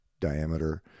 diameter